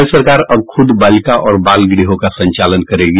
राज्य सरकार अब खुद बालिका और बाल गृहों का संचालन करेगी